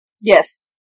Yes